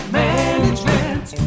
management